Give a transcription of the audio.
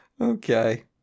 okay